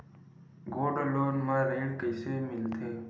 Gold loan म ऋण कइसे मिलथे?